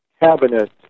cabinet